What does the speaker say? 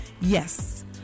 Yes